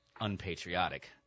unpatriotic